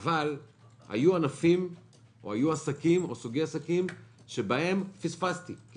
אבל היו עסקים או סוגי עסקים שבהם פספסתי כי